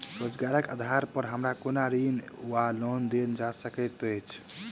रोजगारक आधार पर हमरा कोनो ऋण वा लोन देल जा सकैत अछि?